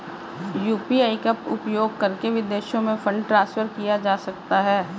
UPI का उपयोग करके विदेशों में फंड ट्रांसफर किया जा सकता है?